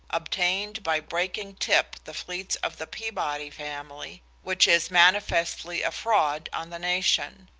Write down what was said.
obtained by breaking tip the fleets of the peabody family, which is manifestly a fraud on the nation.